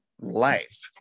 life